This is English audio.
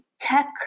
tech